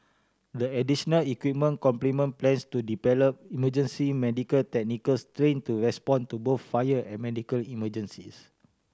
the additional equipment complement plans to deploy emergency medical technicians train to respond to both fire and medical emergencies